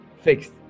fixed